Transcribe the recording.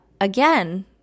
again